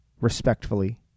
respectfully